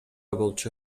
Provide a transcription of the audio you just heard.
болчу